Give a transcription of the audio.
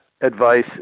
advice